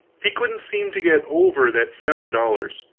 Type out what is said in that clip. he couldn't seem to get over that seven dollars.